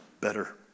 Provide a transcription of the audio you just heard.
better